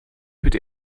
bitte